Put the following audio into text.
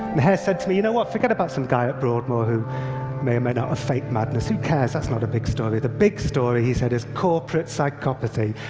hare said, you know what? forget about some guy at broadmoor who may or may not have faked madness. who cares? that's not a big story. the big story, he is corporate psychopathy.